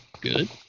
good